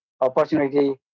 opportunity